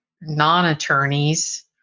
non-attorneys